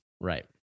right